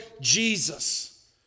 Jesus